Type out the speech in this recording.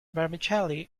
vermicelli